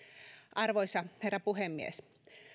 arvoisa herra puhemies